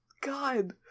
God